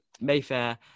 Mayfair